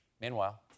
Meanwhile